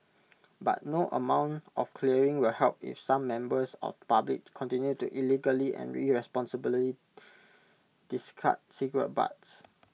but no amount of clearing will help if some members of public continue to illegally and irresponsibly discard cigarette butts